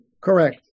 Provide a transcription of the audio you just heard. Correct